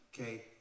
okay